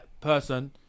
person